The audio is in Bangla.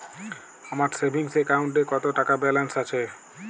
আমার সেভিংস অ্যাকাউন্টে কত টাকা ব্যালেন্স আছে?